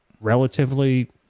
relatively